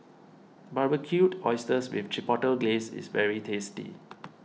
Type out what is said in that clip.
Barbecued Oysters with Chipotle Glaze is very tasty